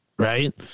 Right